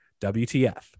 WTF